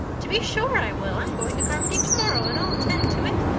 to be sure i will. i'm going to carmody tomorrow and i'll attend to it.